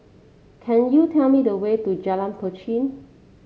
can you tell me the way to Jalan Pacheli